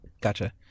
Gotcha